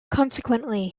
consequently